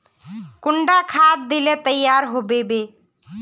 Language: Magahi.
कुंडा खाद दिले तैयार होबे बे?